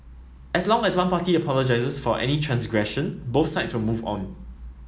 as long as one party apologises for any transgression both sides will move on